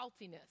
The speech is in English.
saltiness